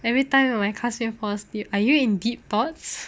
everytime when my classmate forcefield are you in deep thoughts